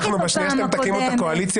אנחנו בשנייה שאתם תקימו את הקואליציה